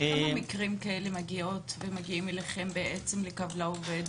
כמה מקרים כאלה מגיעים אליכם ל"קו לעובד"?